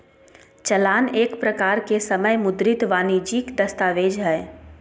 चालान एक प्रकार के समय मुद्रित वाणिजियक दस्तावेज हय